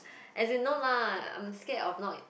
as in no lah I'm scared of